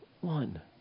one